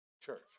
church